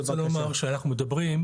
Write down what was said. אני רוצה לומר שאנחנו מדברים,